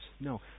No